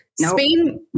Spain